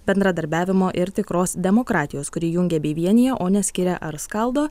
bendradarbiavimo ir tikros demokratijos kuri jungia bei vienija o neskiria ar skaldo